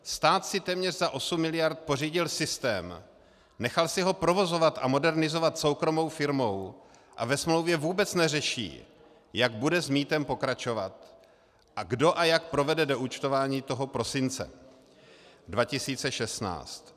Stát si téměř za 8 mld. pořídil systém, nechal si ho provozovat a modernizovat soukromou firmou a ve smlouvě vůbec neřeší, jak bude s mýtem pokračovat a kdo a jak provede doúčtování toho prosince 2016.